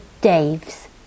Dave's